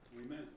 Amen